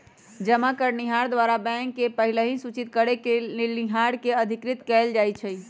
जमा करनिहार द्वारा बैंक के पहिलहि सूचित करेके लेनिहार के अधिकृत कएल जाइ छइ